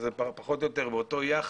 אבל זה פחות או יותר באותו יחס.